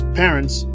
parents